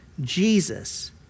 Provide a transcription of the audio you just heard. Jesus